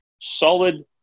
Solid